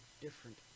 different